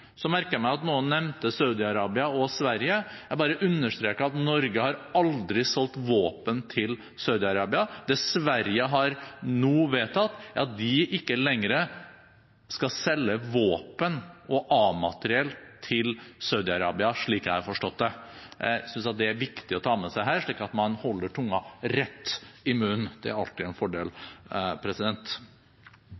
Så merket jeg meg at noen nevnte Saudi-Arabia og Sverige. Jeg bare understreker at Norge aldri har solgt våpen til Saudi-Arabia. Det Sverige nå har vedtatt, er at de ikke lenger skal selge våpen og A-materiell til Saudi-Arabia, slik jeg har forstått det. Jeg synes det er viktig å ta med seg her, slik at man holder tunga rett i munnen – det er alltid en fordel.